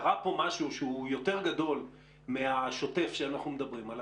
קרה פה משהו שהוא יותר גדול מהשוטף שאנחנו מדברים עליו,